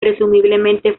presumiblemente